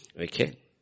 okay